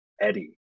Eddie